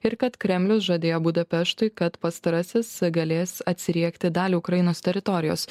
ir kad kremlius žadėjo budapeštui kad pastarasis galės atsiriekti dalį ukrainos teritorijos